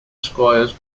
squires